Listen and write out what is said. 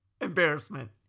Embarrassment